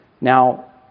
Now